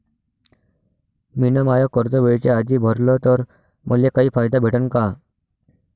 मिन माय कर्ज वेळेच्या आधी भरल तर मले काही फायदा भेटन का?